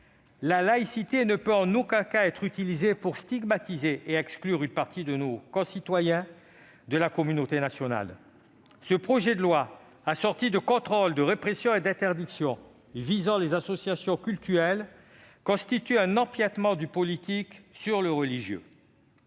La laïcité ne peut en aucun cas être utilisée pour stigmatiser et exclure une partie de nos concitoyens de la communauté nationale. Ce projet de loi, assorti de contrôles, de répressions et d'interdictions visant les associations cultuelles, constitue un empiétement du politique sur le religieux.